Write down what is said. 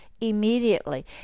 immediately